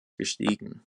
gestiegen